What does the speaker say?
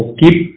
keep